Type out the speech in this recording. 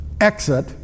exit